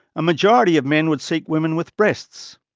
a majority of men would seek women with breasts.